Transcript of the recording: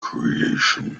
creation